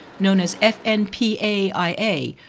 known as f n p a i a,